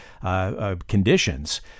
conditions